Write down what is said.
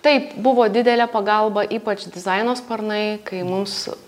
taip buvo didelė pagalba ypač dizaino sparnai kai mums